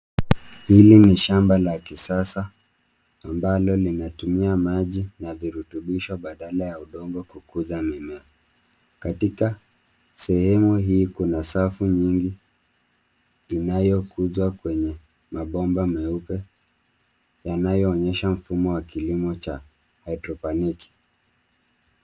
Hili ni shamba la kisasa ambalo linatumia maji na virutumbisho badala ya udongo kukuza mimea. Katika sehemu hii kuna safu nyingi inayokuzwa kwenye mabomba meupe yanayonyesha mfumo wa kilimo cha hidroponiki.